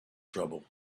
trouble